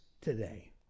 today